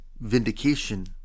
vindication